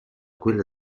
quella